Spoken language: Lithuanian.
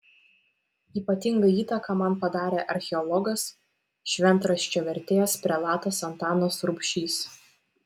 ypatingą įtaką man padarė archeologas šventraščio vertėjas prelatas antanas rubšys